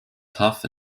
tough